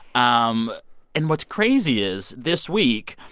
um and what's crazy is this week,